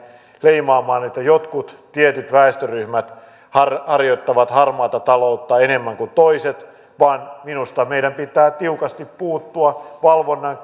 leimaamaan että jotkut tietyt väestöryhmät harjoittavat harmaata taloutta enemmän kuin toiset vaan minusta meidän pitää tiukasti puuttua valvonnan